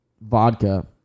vodka